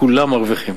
כולם מרוויחים.